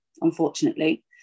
unfortunately